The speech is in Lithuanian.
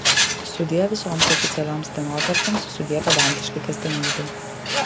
sudie visoms oficialioms dienotvarkėms sudie pedantiškai kasdienybei